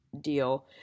deal